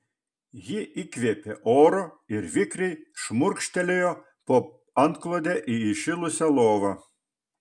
ji įkvėpė oro ir vikriai šmurkštelėjo po antklode į įšilusią lovą